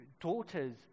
daughters